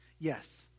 Yes